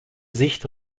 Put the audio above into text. sicht